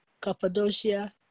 Cappadocia